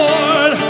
Lord